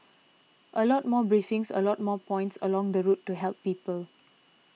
a lot more briefings a lot more points along the route to help people